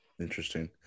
Interesting